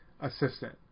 assistant